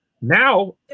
Now